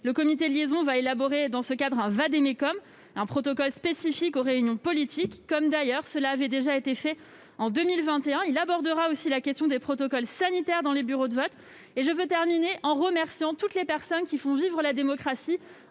Ce comité de liaison élaborera, dans ce cadre, un vade-mecum, un protocole spécifique aux réunions politiques, comme cela avait déjà été fait en 2021. Il abordera aussi la question des protocoles sanitaires dans les bureaux de vote. Je conclurai en remerciant toutes les personnes qui font vivre la démocratie